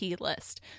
list